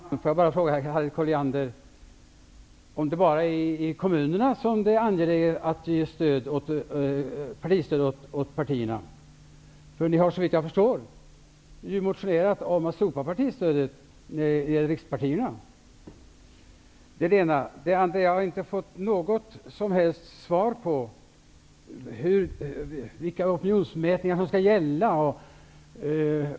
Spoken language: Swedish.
Herr talman! Jag vill fråga Harriet Colliander om det bara är i kommunerna som det är angeläget att ge partistöd åt partierna. Såvitt jag vet har ni motionerat om att slopa partistödet för riksdagspartierna. Jag har inte fått något som helst svar på frågan vilka opinionsmätningar som skall gälla.